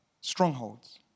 strongholds